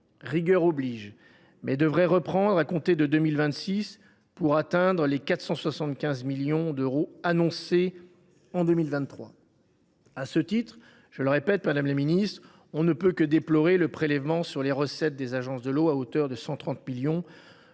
rigueur oblige, mais il devrait reprendre à compter de 2026 pour atteindre les 475 millions d’euros annoncés en 2023. À ce titre, on ne peut que déplorer, madame la ministre, le prélèvement sur les recettes des agences de l’eau à hauteur de 130 millions d’euros